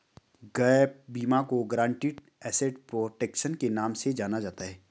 gap बीमा को guaranteed asset protection के नाम से जाना जाता है